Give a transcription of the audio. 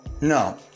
No